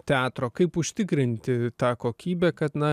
teatro kaip užtikrinti tą kokybę kad na